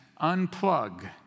unplug